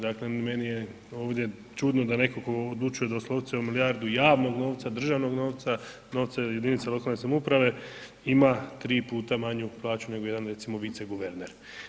Dakle meni je ovdje čudno da netko tko odlučuje doslovce o milijardu javnog novca, državnog novca, novca jedinica lokalne samouprave, ima 3 puta manju plaću nego jedan recimo viceguverner.